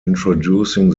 introducing